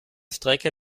strecke